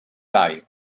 value